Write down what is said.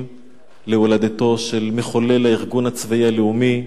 להולדתו של מחולל הארגון הצבאי הלאומי,